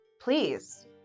please